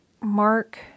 Mark